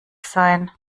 sein